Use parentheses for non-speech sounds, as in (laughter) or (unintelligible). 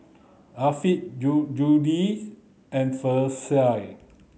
Affie (unintelligible) Judyth and Versie